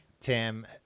Tim